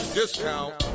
discount